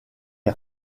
est